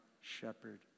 shepherd